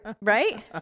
Right